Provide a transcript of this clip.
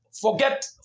forget